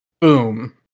boom